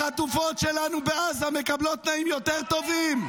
החטופות שלנו בעזה מקבלות תנאים יותר טובים?